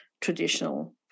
traditional